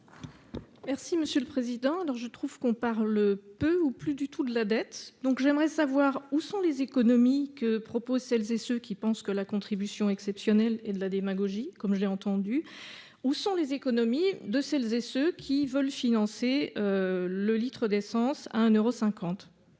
monsieur le président, alors je trouve qu'on parle peu ou plus du tout de la dette, donc j'aimerais savoir où sont les économies que propose celles et ceux qui pensent que la contribution exceptionnelle et de la démagogie comme j'ai entendu, où sont les économies de celles et ceux qui veulent financer le litre d'essence à un